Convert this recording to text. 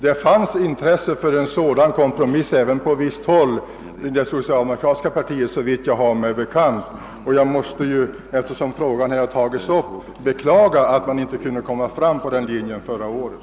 Det fanns intresse för en sådan kompromiss även på visst håll inom det socialdemokratiska partiet, såvitt jag har mig bekant. Men eftersom frågan nu tagits upp måste jag beklaga att vi inte kunde följa den linjen förra året.